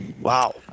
Wow